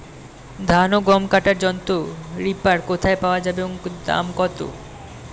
ধান ও গম কাটার যন্ত্র রিপার কোথায় পাওয়া যাবে এবং দাম কত?